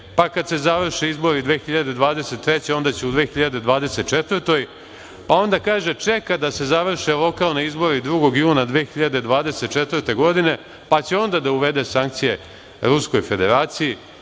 pa kada se završe izbori 2023, onda će u 2024. godini, pa onda kaže – čeka da se završe lokalni izbori 2. juna 2024. godine, pa će onda da uvede sankcije Ruskoj Federaciji.